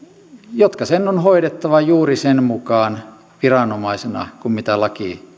jotka sen on hoidettava juuri sen mukaan viranomaisena kuin mitä laki